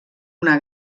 una